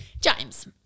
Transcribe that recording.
James